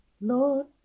Lord